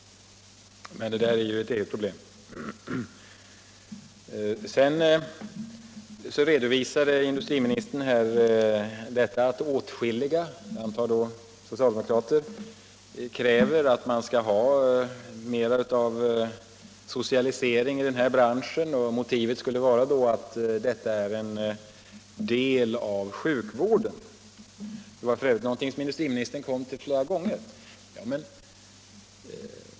Men det där är ert eget problem. Sedan redovisade industriministern att åtskilliga — jag antar att det är socialdemokrater — kräver mer socialisering i den här branschen. Motivet skulle vara att läkemedel är en del av sjukvården. Det var f. ö. någonting som industriministern kom till flera gånger.